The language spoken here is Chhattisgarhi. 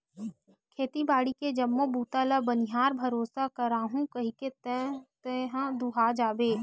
खेती बाड़ी के जम्मो बूता ल बनिहार भरोसा कराहूँ कहिके त तेहा दूहा जाबे